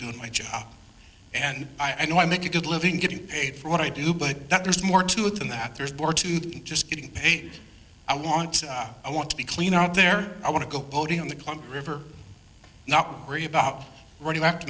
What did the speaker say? doing my job and i know i make you good living getting paid for what i do but that there's more to it than that there's more to just getting paid i want i want to be clean out there i want to go boating on the climate river not worry about